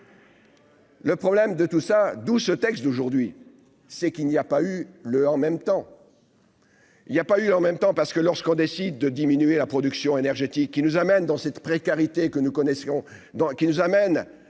Le problème de tout ça, d'où ce texte d'aujourd'hui c'est qu'il n'y a pas eu le en même temps il y a pas eu en même temps parce que, lorsqu'on décide de diminuer la production énergétique qui nous amène dans cette précarité que nous connaissions dans qui nous amène